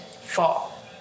Fall